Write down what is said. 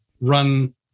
run